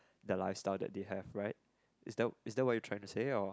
their lifestyle that they have right is that is that what you're trying to say or